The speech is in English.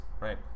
Right